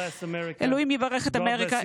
אלוהים יברך את אמריקה,